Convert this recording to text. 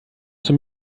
zum